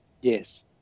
Yes